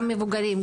גם מבוגרים,